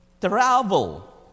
travel